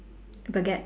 baguette